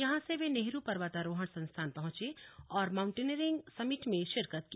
यहां से वे नेहरू पर्वतारोहण संस्थान पहुंचे और माउंटेनियरिंग समिट में शिरकत की